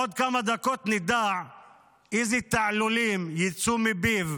עוד כמה דקות נדע איזה תעלולים יצאו מפיו